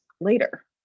later